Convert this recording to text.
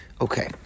Okay